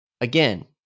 again